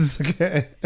Okay